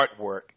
artwork